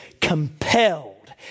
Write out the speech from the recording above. compelled